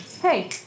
Hey